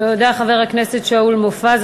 תודה, חבר הכנסת שאול מופז.